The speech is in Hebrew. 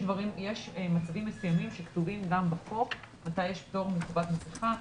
יש מצבים מסוימים שכתובים גם בחוק מתי יש פטור מחובת מסכה,